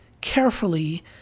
carefully